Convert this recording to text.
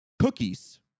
Cookies